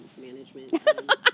management